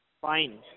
Fine